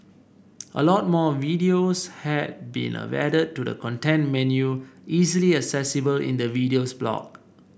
a lot more videos have been added to the content menu easily accessible in the Videos block